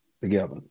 together